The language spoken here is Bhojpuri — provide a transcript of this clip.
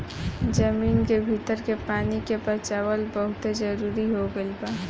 जमीन के भीतर के पानी के बचावल बहुते जरुरी हो गईल बा